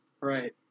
Right